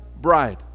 bride